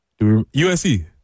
USC